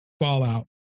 fallout